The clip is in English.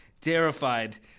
terrified